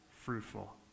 fruitful